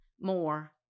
more